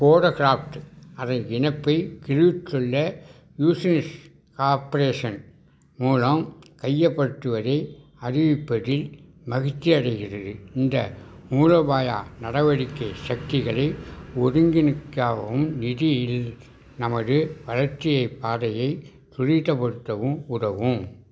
Codecraft அதன் இணைப்பை கிலிவுட் சொல்ல யூஷன்ஸ் கார்ப்பரேஷன் மூலம் கையப்படுத்துவதை அறிவிப்பதில் மகிழ்ச்சியடைகிறது இந்த மூலோபாய நடவடிக்கை சக்திகளை ஒருங்கிணைக்கவும் நிதியில் நமது வளர்ச்சியைப் பாதையை துரிதப்படுத்தவும் உதவும்